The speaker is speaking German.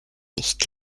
nicht